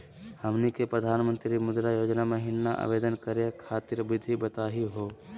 हमनी के प्रधानमंत्री मुद्रा योजना महिना आवेदन करे खातीर विधि बताही हो?